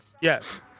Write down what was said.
Yes